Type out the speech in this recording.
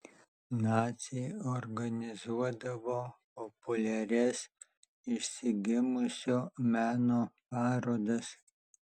naciai organizuodavo populiarias išsigimusio meno parodas